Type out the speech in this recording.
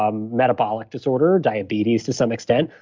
um metabolic disorder, diabetes to some extent,